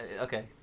Okay